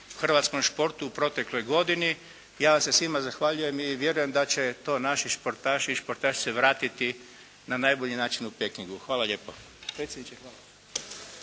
hrvatskom športu u protekloj godini. Ja vam se svima zahvaljujem i vjerujem da će to naši športaši i športašice vratiti na najbolji način u Pekingu. Hvala lijepo.